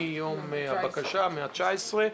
מיום הבקשה, מה-19 לחודש.